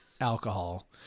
alcohol